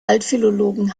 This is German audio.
altphilologen